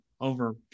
over